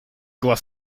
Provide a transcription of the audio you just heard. глаз